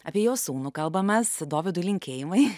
apie jos sūnų kalbamės dovydui linkėjimai